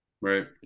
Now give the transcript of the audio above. Right